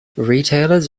retailers